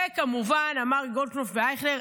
וכמובן אמר לגולדקנופף ואייכלר,